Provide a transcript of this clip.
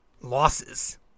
losses